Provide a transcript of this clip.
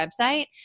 website